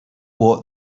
what